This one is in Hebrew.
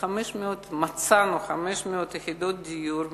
מצאנו 500 יחידות דיור,